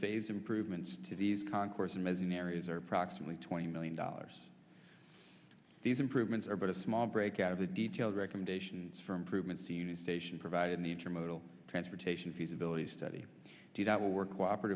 phase improvements to these concourse and missing areas are approximately twenty million dollars these improvements are but a small break out of the details recommendations for improvements seen in station provide in the intermodal transportation feasibility study two that will work cooperate